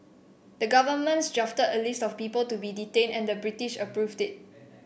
the governments drafted a list of people to be detained and the British approved it